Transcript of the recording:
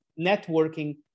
networking